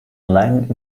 leng